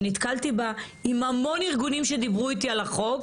שנתקלתי בה עם המון ארגונים שדיברו איתי על החוק.